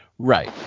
right